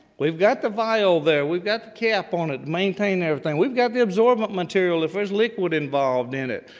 we've got the vial there. we've got the cap on it. maintain everything. we've got the absorbent material if there's liquid involved in it.